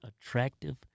attractive